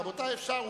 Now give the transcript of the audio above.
רבותי, אפשר.